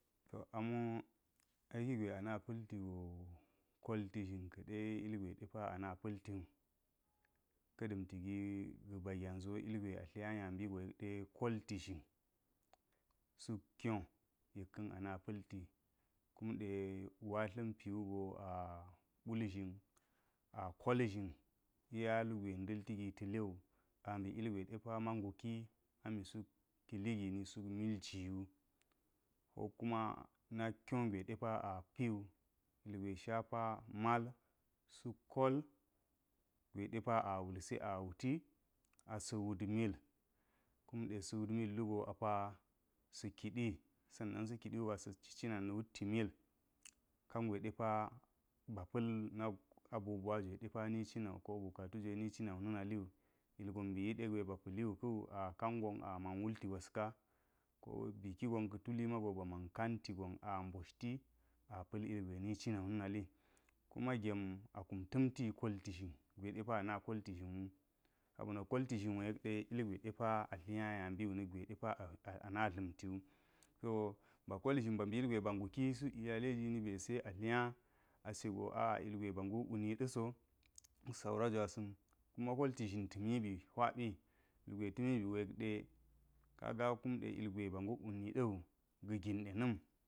Amo aiki gir ana pa̱lti go kolti zhir ka̱ ɗe ilgwe dipa ana pa̱lti wu ka̱ da̱mti gi ga̱ ba gyazi wo ilgwe a hinya yak ambigo yeka ɗe kolti zhin suk kiwu yek ka̱n ana pa̱lti kumɗe watla̱n pi wugo a ɓul zhin a kol zhin iya lugwa nda̱lti gi ta̱lewu ambi ilgwe depa ma nguki a mi suk kili gini suk miljiwu, ko kuma nak kyo gwe a piwu, ilgwe shapa mal, suk kol gwe depa a wulsi a wuti asa̱ wut mil kumɗe sa̱ wut millugo apa sa̱ kiɗi sanna sa̱ kiɗi wugo asa ci cina na̱ wuti mil kangwe ɗepa ba pa̱l nal abubuwa iwe dipa ni cinawu ko bukati gwe ni cinawu na̱ naliwu ilgon mbiyi de gwe ba pa̱li ka̱wu akangon a men wulti gwaska ko biki gon ka̱ tuli mawu mago ba man kan ti gon a mboshti a pa̱l ilgwe ni cina wu na̱na li, kume gem a kunta̱ mti kolti xhin gwe depa ana kolti zhir wu sabo na̱ kolti zhin yek de ilgwe depa a hinya ya mbi na̱k geve depa ana dla̱mti wu, so ba kol zhir ba mbi ilgwe ba nguk suk iyalai jini be se atli nya ase go a’a ilgwe ba nguk wu ni daso̱ suk saura jwasa̱n kuma kolti zhin ta̱miɗa hwabi, lugwe ta̱mi bigo yek de kaga kume ilgwe ba ngukwu ni dawu ga̱ gin dena̱m.